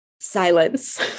silence